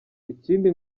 ikindi